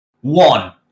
One